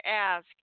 ask